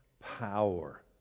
power